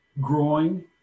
growing